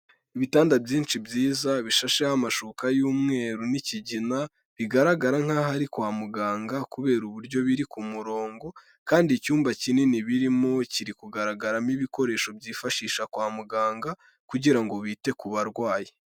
Ibitanda byinshi byiza bishasheho amashuka y'umweru n'ikigina, bigaragara nk'aho ari kwa muganga kubera uburyo biri ku murongo, kandi icyumba kinini birimo kiri kugaragaramo ibikoresho byifashisha kwa muganga, kugira ngo bite ku barwayi.